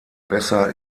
besser